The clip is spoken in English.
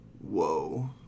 Whoa